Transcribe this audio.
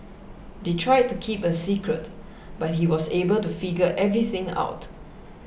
they tried to keep a secret but he was able to figure everything out